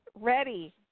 ready